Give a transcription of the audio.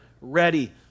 ready